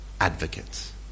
advocates